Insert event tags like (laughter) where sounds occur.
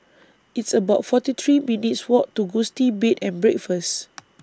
It's about forty three minutes' Walk to Gusti Bed and Breakfast (noise)